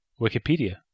Wikipedia